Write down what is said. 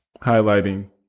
highlighting